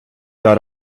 dot